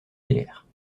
hilaire